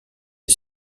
des